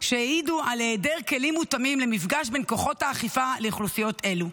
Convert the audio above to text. שהעיד על העדר כלים מותאמים למפגש בין כוחות האכיפה לאוכלוסיות אלו.